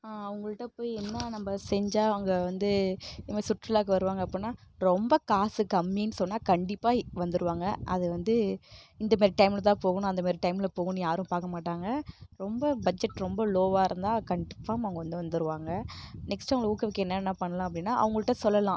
அவங்கள்ட போய் என்ன நம்ப செஞ்சா அவங்க வந்து இதுமாரி சுற்றுலாவுக்குருவாங்க அப்புடினா ரொம்ப காசு கம்மினு சொன்னால் கண்டிப்பா வந்துடுவாங்க அது வந்து இந்தமாதிரி டைமில்தான் போகணும் அந்தமாரி டைமில் போகணும் யாரும் பார்க்கமாட்டாங்க ரொம்ப பட்ஜட் ரொம்போ லோவாகருந்தா கண்டிப்பாக அவங்க வந்து வந்துடுவாங்க நெக்ஸ்டு அவங்கள ஊக்குவிக்க என்னென்ன பண்ணலாம் அப்படினா அவங்கள்ட சொல்லலாம்